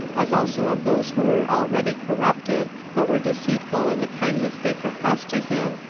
as also of those who were already corrupted, but were deceitful in the kindness they professed to him,